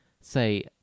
Say